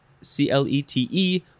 c-l-e-t-e